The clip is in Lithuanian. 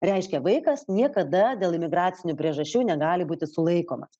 reiškia vaikas niekada dėl imigracinių priežasčių negali būti sulaikomas